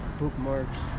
bookmarks